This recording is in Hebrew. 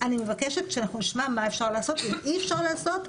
אני מבקשת שאנחנו נשמע מה אפשר לעשות ואם אי אפשר לעשות,